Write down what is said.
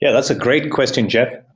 yeah that's a great question, jeff.